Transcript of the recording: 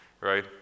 right